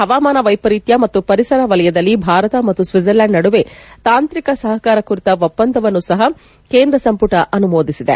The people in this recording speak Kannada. ಹವಾಮಾನ ವೈಪರೀತ್ತ ಮತ್ತು ಪರಿಸರ ವಲಯದಲ್ಲಿ ಭಾರತ ಮತ್ತು ಸ್ವಿಡ್ಜರ್ಲ್ಯಾಂಡ್ ನಡುವೆ ತಾಂತ್ರಿಕ ಸಹಕಾರ ಕುರಿತ ಒಪ್ಪಂದವನ್ನೂ ಸಹ ಕೇಂದ್ರ ಸಂಪುಟ ಅನುಮೋದಿಸಿದೆ